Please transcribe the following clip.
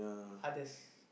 others